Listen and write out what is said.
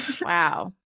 wow